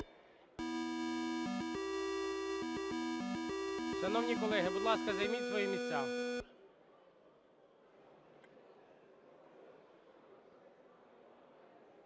Шановні колеги, будь ласка, займіть свої місця.